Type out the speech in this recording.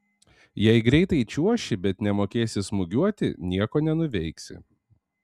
jei greitai čiuoši bet nemokėsi smūgiuoti nieko nenuveiksi